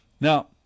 Now